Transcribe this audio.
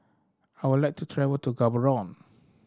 I would like to travel to Gaborone